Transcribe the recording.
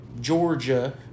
Georgia